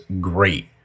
great